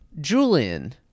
Julian